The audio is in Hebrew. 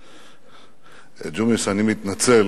ג'ומס, אני מתנצל